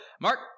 Mark